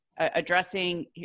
addressing